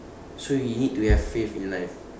so you need to have faith in life